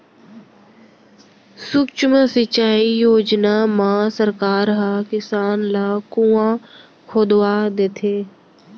सुक्ष्म सिंचई योजना म सरकार ह किसान ल कुँआ खोदवा देथे